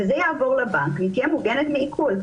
וזה יעבור לבנק והיא תהיה מוגנת מעיקול.